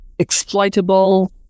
Exploitable